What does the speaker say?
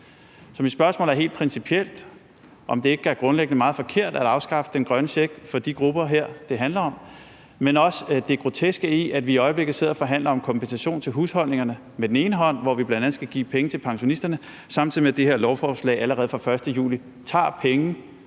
mit spørgsmål er helt principielt: Er det ikke grundlæggende meget forkert at afskaffe den grønne check for de grupper, som det handler om her? Jeg vil også nævne det groteske i, at vi i øjeblikket sidder og forhandler om kompensation til husholdningerne med den ene hånd, hvor vi bl.a. skal give penge til pensionisterne, samtidig med det her lovforslag allerede fra den 1. juli tager penge